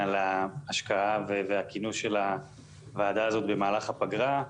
על הכינוס של הוועדה הזאת במהלך הפגרה,